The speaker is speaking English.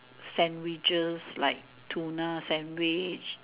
sandwiches like tuna sandwich